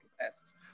passes